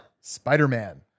Spider-Man